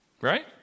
Right